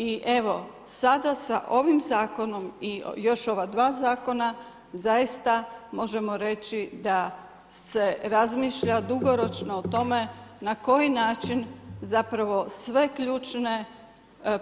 I evo, sada sa ovim zakonom i još ova dva zakona zaista možemo reći da se razmišlja dugoročno o tome na koji način zapravo sve ključne